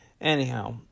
Anyhow